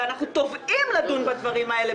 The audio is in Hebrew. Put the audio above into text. אנחנו תובעים לדון בהם,